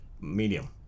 medium